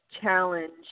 challenge